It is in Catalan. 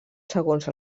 segons